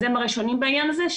אז הם הראשונים בעניין הזה.